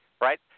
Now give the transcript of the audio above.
Right